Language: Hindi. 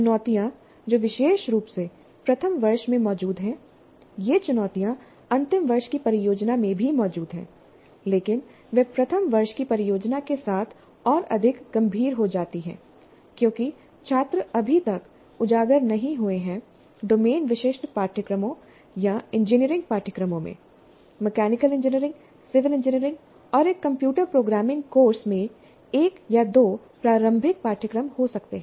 चुनौतियां जो विशेष रूप से प्रथम वर्ष में मौजूद हैं ये चुनौतियां अंतिम वर्ष की परियोजना में भी मौजूद हैं लेकिन वे प्रथम वर्ष की परियोजना के साथ और अधिक गंभीर हो जाती हैं क्योंकि छात्र अभी तक उजागर नहीं हुए हैं डोमेन विशिष्ट पाठ्यक्रमों या इंजीनियरिंग पाठ्यक्रमों में मैकेनिकल इंजीनियरिंग सिविल इंजीनियरिंग और एक कंप्यूटर प्रोग्रामिंग कोर्स में एक या दो प्रारंभिक पाठ्यक्रम हो सकते हैं